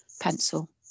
pencil